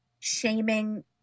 shaming